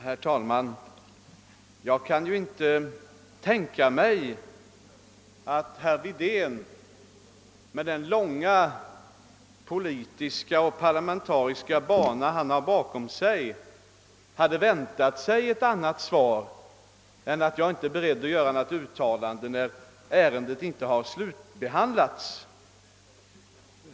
Herr talman! Jag kan inte tänka mig att herr Wedén med den långa politiska och parlamentariska bana som han har bakom sig hade väntat sig ett annat svar än att jag inte är beredd att göra något uttalande, när ärendet inte har slutbehandlats.